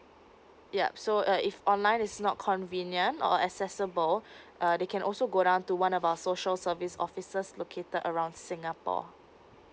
yup so uh if online is not convenient or accessible uh they can also go down to one of our social service officers located around singapore